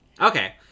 Okay